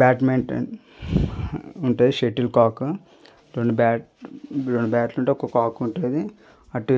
badminton అంటే shuttlecock రెండు బ్యాట్లు రెండు బ్యాటులు ఉంటే ఒక కాక్ ఉంటుంది అటు